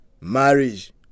marriage